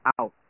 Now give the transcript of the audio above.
out